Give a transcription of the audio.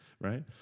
right